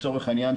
לצורך העניין,